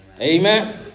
Amen